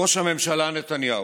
ראש הממשלה נתניהו,